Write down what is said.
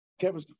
Kevin